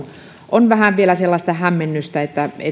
on vähän vielä sellaista hämmennystä että